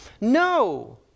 No